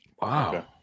Wow